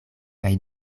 kaj